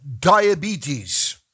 diabetes